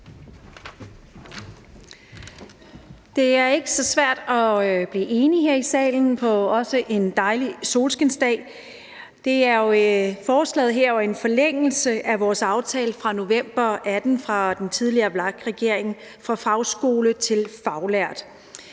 Det er ikke så svært at blive enige her i salen på denne dejlige solskinsdag. Forslaget her er en forlængelse af vores aftale fra november 2018 fra den tidligere VLAK-regerings side – »Fra fagskole til faglært«.